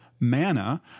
manna